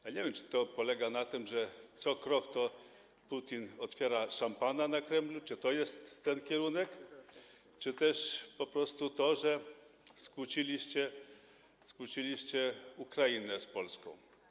Ja nie wiem, czy to polega na tym, że co krok to Putin otwiera szampana na Kremlu - czy to jest ten kierunek - czy też po prostu na tym, że skłóciliście Ukrainę z Polską.